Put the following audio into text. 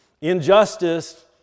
Injustice